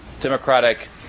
Democratic